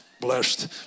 Blessed